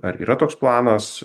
ar yra toks planas